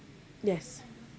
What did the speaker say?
yes